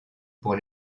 pour